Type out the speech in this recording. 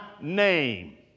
name